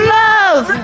love